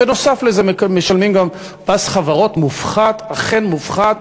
בנוסף לזה, משלמים מס חברות מופחת, אכן מופחת,